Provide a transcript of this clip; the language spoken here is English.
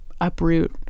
uproot